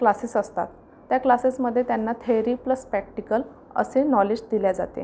classes असतात त्या क्लासेसमध्ये त्यांना थेअरी प्लस पॅक्टिकल असे नॉलेज दिले जाते